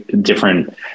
different